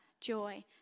joy